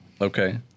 Okay